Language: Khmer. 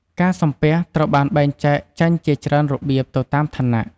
ការសំពះ ត្រូវបានបែងចែងចេញជាច្រើនរបៀបទៅតាមឋានៈ។